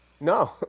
No